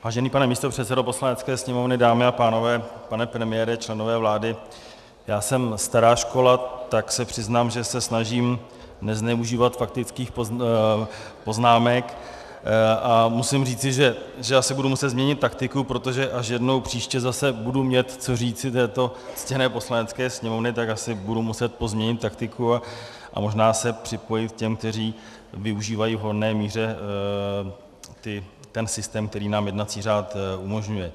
Vážený pane místopředsedo Poslanecké sněmovny, dámy a pánové, pane premiére, členové vlády, já jsem stará škola, tak se přiznám, že se snažím nezneužívat faktických poznámek, a musím říci, že asi budu muset změnit taktiku, protože až jednou příště zase budu mít co říci této ctěné Poslanecké sněmovně, tak asi budu muset pozměnit taktiku a možná se připojit k těm, kteří využívají v hojné míře ten systém, který nám jednací řád umožňuje.